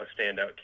standout